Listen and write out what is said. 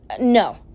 No